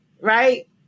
right